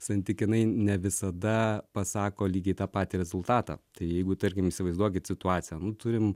santykinai ne visada pasako lygiai tą patį rezultatą taijeigu tarkim įsivaizduokit situaciją turim